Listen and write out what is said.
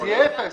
אז יהיה אפס.